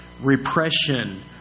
repression